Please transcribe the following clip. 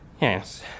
Yes